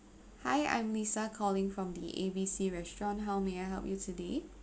hi I'm lisa calling from the A B C restaurant how may I help you today